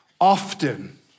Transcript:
often